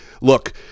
Look